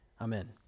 Amen